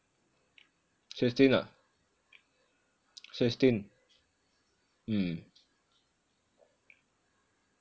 sixteen ah sixteen mm